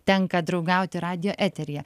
tenka draugauti radijo eteryje